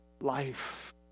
life